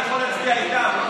אני יכול להצביע איתם.